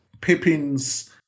Pippin's